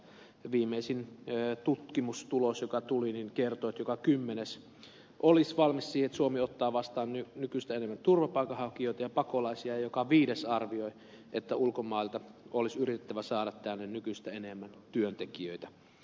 viimeisin tutkimustulos joka tuli kertoi että joka kymmenes olisi valmis siihen että suomi ottaa vastaan nykyistä enemmän turvapaikanhakijoita ja pakolaisia ja joka viides arvioi että ulkomailta olisi yritettävä saada tänne nykyistä enemmän työntekijöitä